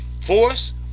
force